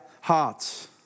hearts